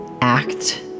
act